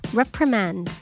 reprimand